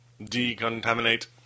Decontaminate